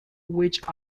which